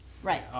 right